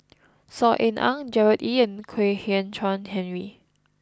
Saw Ean Ang Gerard Ee and Kwek Hian Chuan Henry